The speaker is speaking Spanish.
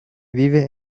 vive